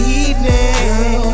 evening